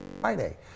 Friday